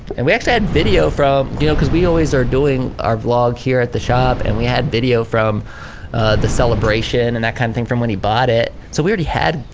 and we actually had video from, cause we always are doing our vlog here at the shop and we had video from the celebration and that kind of thing from when he bought it. so we already had,